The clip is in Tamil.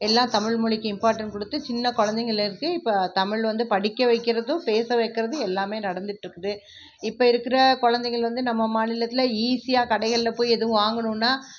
எல்லாம் தமிழ்மொழிக்கு இம்பார்ட்டண்ட் கொடுத்து சின்ன குழந்தைங்கள்லேந்து இப்போ தமிழ் வந்து படிக்க வைக்கிறதும் பேச வைக்கிறதும் எல்லாமே நடந்துகிட்ருக்குது இப்போ இருக்கிற குழந்தைகள் வந்து நம்ம மாநிலத்தில் ஈஸியாக கடைகளில் போய் எதுவும் வாங்கணுன்னா